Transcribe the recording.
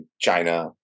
China